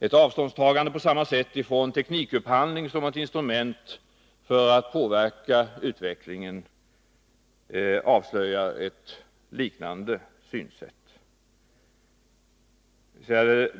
Ett avståndstagande på samma sätt från teknikupphandling som ett instrument för att påverka utvecklingen avslöjar ett liknande synsätt.